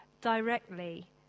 directly